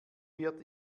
wird